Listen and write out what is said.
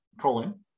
Colon